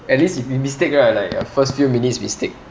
at least we mistake right like a first few minutes mistake